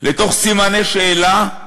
לתוך סימני שאלה,